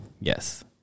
yes